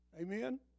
Amen